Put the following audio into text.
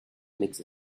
makes